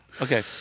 Okay